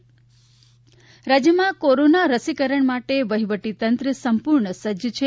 નીતીન પટેલ રાજ્યમાં કોરોના રસીકરણ માટે વહીવટીતંત્ર સંપૂર્ણ સજ્જ છે